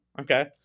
Okay